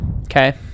Okay